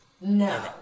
no